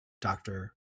doctor